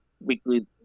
weekly